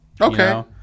Okay